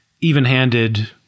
even-handed